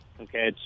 okay